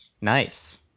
nice